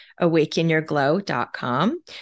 awakenyourglow.com